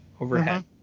overhead